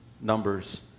numbers